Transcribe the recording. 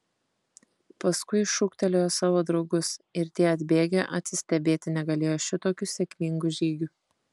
paskui šūktelėjo savo draugus ir tie atbėgę atsistebėti negalėjo šitokiu sėkmingu žygiu